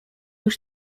już